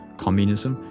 communism,